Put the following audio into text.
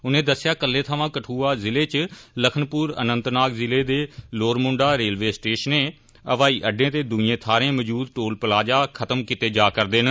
उनें दस्सेआ कल्लै थमां कदुआ ज़िले च लखनपुर अनंतनाग ज़िले दे लोअर मुंडा रेलवे स्टेशनें हवाई अड्डें ते दुइएं थाहरें मजूद टोल प्लाजा खत्म कीते जा'रदे न